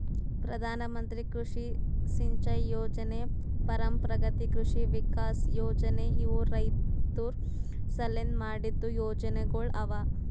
ಪ್ರಧಾನ ಮಂತ್ರಿ ಕೃಷಿ ಸಿಂಚೈ ಯೊಜನೆ, ಪರಂಪ್ರಗತಿ ಕೃಷಿ ವಿಕಾಸ್ ಯೊಜನೆ ಇವು ರೈತುರ್ ಸಲೆಂದ್ ಮಾಡಿದ್ದು ಯೊಜನೆಗೊಳ್ ಅವಾ